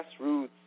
grassroots